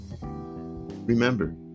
Remember